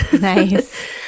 nice